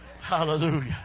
Hallelujah